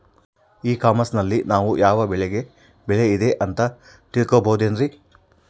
E commerce ನಲ್ಲಿ ನಾವು ಯಾವ ಬೆಳೆಗೆ ಬೆಲೆ ಇದೆ ಅಂತ ತಿಳ್ಕೋ ಬಹುದೇನ್ರಿ?